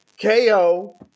KO